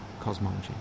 cosmology